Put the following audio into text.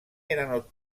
erano